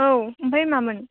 औ ओमफ्राय मामोन